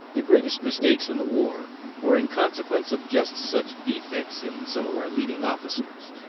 the greatest mistakes in the war were in consequence of just such defects in some of our leading officers,